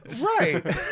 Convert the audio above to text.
right